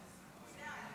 בבקשה.